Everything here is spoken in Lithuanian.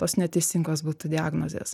tos neteisingos būtų diagnozės